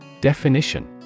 Definition